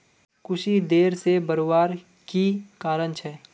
कुशी देर से बढ़वार की कारण छे?